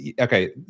okay